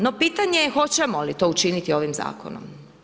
No, pitanje je hoćemo li to učiniti ovim zakonom.